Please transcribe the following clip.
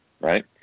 right